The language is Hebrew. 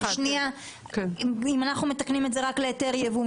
אם אנחנו מתקנים את זה רק להיתר יבוא,